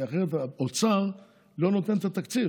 כי אחרת האוצר לא נותן את התקציב.